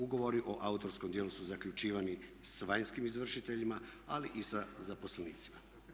Ugovori o autorskom djelu su zaključivani sa vanjskim izvršiteljima ali i sa zaposlenicima.